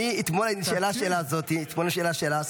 אני לא קיבלתי תשובה כי השר אומר לי --- אתמול נשאלה השאלה הזו.